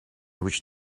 which